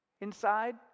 inside